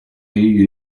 you